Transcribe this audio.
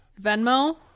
Venmo